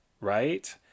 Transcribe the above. right